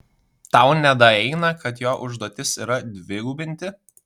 tau nedaeina kad jo užduotis yra dvigubinti